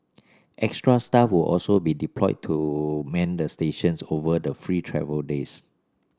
extra staff will also be deployed to man the stations over the free travel days